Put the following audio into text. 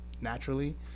naturally